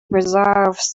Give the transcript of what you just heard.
preserves